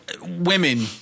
Women